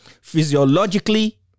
physiologically